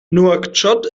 nouakchott